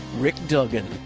rick dugan.